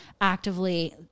actively